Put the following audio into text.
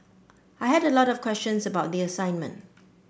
I had a lot of questions about the assignment